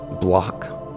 block